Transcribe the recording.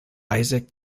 isaac